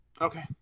Okay